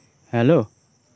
hello